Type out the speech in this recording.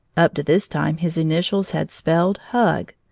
up to this time his initials had spelled hug,